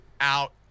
out